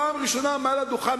פעם ראשונה מעל הדוכן,